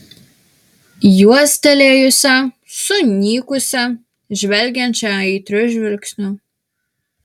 juostelėjusią sunykusią žvelgiančią aitriu žvilgsniu